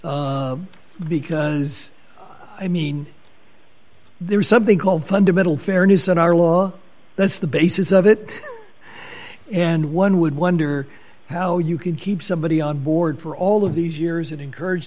because i mean there is something called fundamental fairness in our law that's the basis of it and one would wonder how you could keep somebody on board for all of these years and encourage